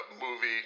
movie